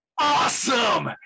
awesome